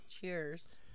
Cheers